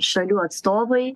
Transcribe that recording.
šalių atstovai